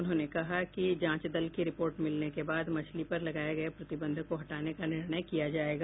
उन्होंने कहा कि जांच दल की रिपोर्ट मिलने के बाद मछली पर लगाये गये प्रतिबंध को हटाने का निर्णय किया जायेगा